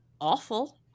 awful